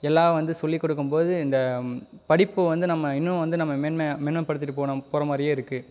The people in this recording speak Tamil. எல்லாம் வந்து சொல்லிக்கொடுக்கும்போது இந்த படிப்பு வந்து நம்ம இன்னும் வந்து மேன்மையாக மேன்மைப்படுத்திகிட்டு போன போகிற மாதிரியே இருக்குது